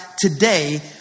today